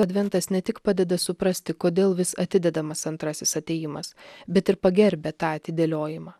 adventas ne tik padeda suprasti kodėl vis atidedamas antrasis atėjimas bet ir pagerbia tą atidėliojimą